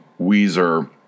Weezer